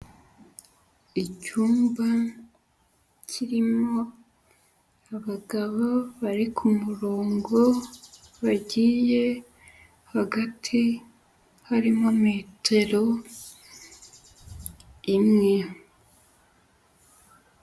Icyumba kirimo abagabo bari ku murongo bagiye hagati harimo metero imwe.